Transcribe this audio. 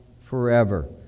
forever